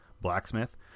blacksmith